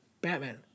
Batman